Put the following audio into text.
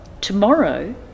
Tomorrow